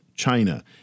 China